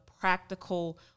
practical